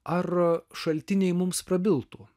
ar šaltiniai mums prabiltų